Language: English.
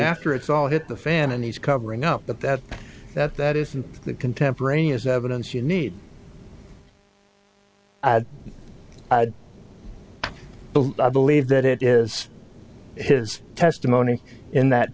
after it's all hit the fan and he's covering up that that that that isn't the contemporaneous evidence you need but i believe that it is his testimony in that